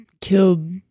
killed